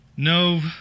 No